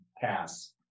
pass